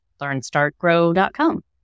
learnstartgrow.com